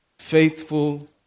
faithful